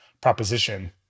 proposition